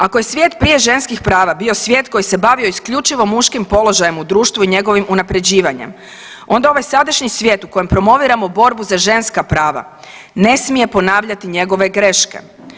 Ako je svijet prije ženskih prava bio svijet koji se bavio isključivo muškim položajem u društvu i njegovim unapređivanjem onda ovaj sadašnji svijet u kojem promoviramo borbu za ženska prava ne smije ponavljati njegove greške.